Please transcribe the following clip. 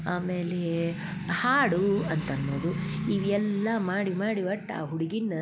ಆಮೇಲೆ ಹಾಡು ಅಂತ ಅನ್ನೋದು ಇವೆಲ್ಲ ಮಾಡಿ ಮಾಡಿ ಒಟ್ಟು ಆ ಹುಡುಗೀನ